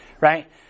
right